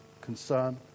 concern